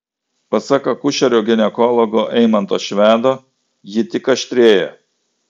pasak akušerio ginekologo eimanto švedo ji tik aštrėja